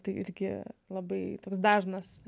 tai irgi labai dažnas